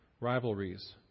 rivalries